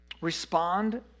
Respond